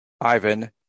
Ivan